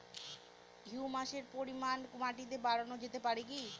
হিউমাসের পরিমান মাটিতে বারানো যেতে পারে কি?